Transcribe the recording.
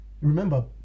remember